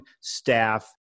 staff